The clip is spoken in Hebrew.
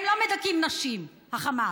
הם לא מדכאים נשים, החמאס.